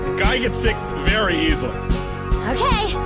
i get sick very easily ok.